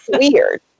weird